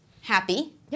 happy